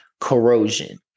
corrosion